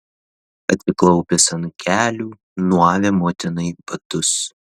atsiklaupęs ant kelių nuavė motinai batus